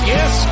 Yes